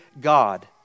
God